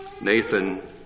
Nathan